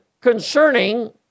concerning